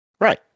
Right